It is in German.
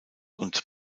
und